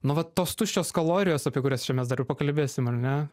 nu va tos tuščios kalorijos apie kurias čia mes dar pakalbėsim ar ne